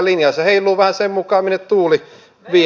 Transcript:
se heiluu vähän sen mukaan minne tuuli vie